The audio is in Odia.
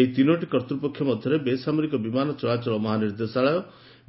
ଏହି ତିନୋଟି କର୍ତ୍ତପକ୍ଷ ମଧ୍ୟରେ ବେସାମରିକ ବିମାନ ଚଳାଚଳ ମହାନିର୍ଦ୍ଦେଶାଳୟ